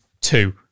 two